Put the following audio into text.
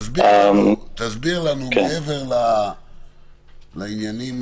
תסביר לנו מעבר לעניינים